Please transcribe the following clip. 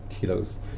kilos